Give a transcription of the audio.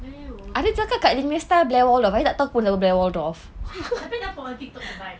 blair waldorf tapi ada dekat tiktok the vibes